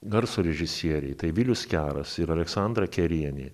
garso režisieriai tai vilius keras ir aleksandra kerienė